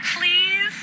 please